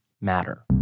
matter